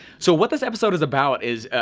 so what this episode is about is,